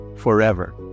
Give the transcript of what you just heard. forever